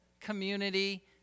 community